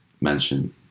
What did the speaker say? mention